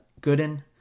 Gooden